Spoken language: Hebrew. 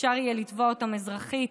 אפשר יהיה לתבוע אותם אזרחית.